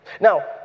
Now